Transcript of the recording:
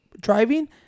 driving